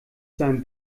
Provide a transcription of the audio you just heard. seinem